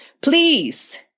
Please